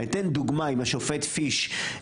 אתן דוגמה עם השופט פיש,